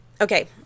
Okay